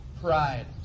pride